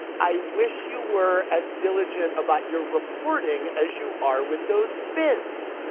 i wish you were as diligent about your reporting as you are with those bins.